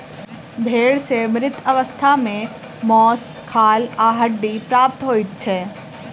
भेंड़ सॅ मृत अवस्था मे मौस, खाल आ हड्डी प्राप्त होइत छै